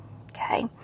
Okay